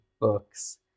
books